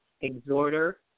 exhorter